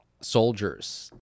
soldiers